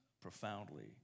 profoundly